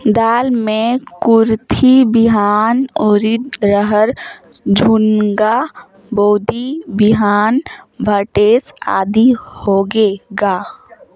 दाल मे कुरथी बिहान, उरीद, रहर, झुनगा, बोदी बिहान भटेस आदि होगे का?